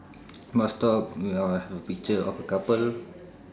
bus stop uh have a picture of a couple